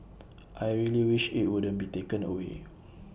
I really wish IT wouldn't be taken away